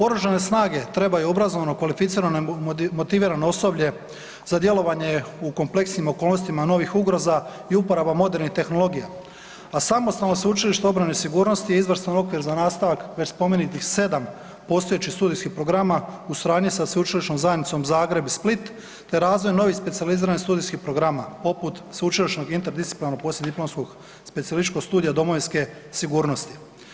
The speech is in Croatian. Oružane snage trebaju obrazovno kvalificirane, motivirano osoblje za djelovanje u kompleksnim okolnostima novih ugroza i uporaba modernih tehnologija, a samostalno Sveučilište obrane i sigurnosti je izvrstan okvir za nastavak već spomenutih 7 postojećih studijskih programa u suradnji sa sveučilišnom zajednicom Zagreb i Split te razvojem novih specijaliziranih studijskih programa poput sveučilišnog interdisciplinarnog poslijediplomskog specijalističkog studija domovinske sigurnosti.